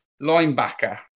linebacker